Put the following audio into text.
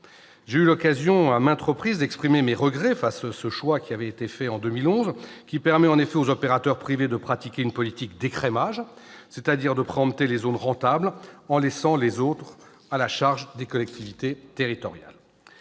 J'ai eu l'occasion à maintes reprises d'exprimer mes regrets face à ce choix fait en 2011. Celui-ci permet en effet aux opérateurs privés de pratiquer une politique d'écrémage, c'est-à-dire de préempter les zones rentables en laissant les autres à la charge des collectivités territoriales.